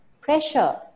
pressure